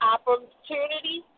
Opportunity